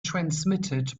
transmitted